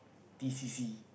T_C_C